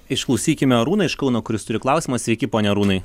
išklausykime arūną iš kauno kuris turi klausimą sveiki pone arūnai